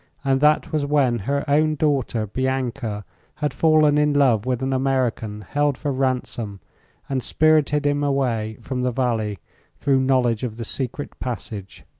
and that was when her own daughter bianca had fallen in love with an american held for ransom and spirited him away from the valley through knowledge of the secret passage.